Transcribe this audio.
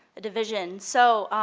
division, so,